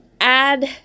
add